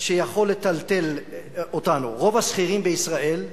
שיכול לטלטל אותנו, רוב השכירים בישראל,